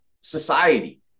society